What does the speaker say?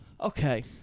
Okay